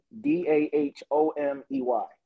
D-A-H-O-M-E-Y